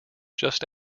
just